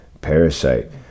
Parasite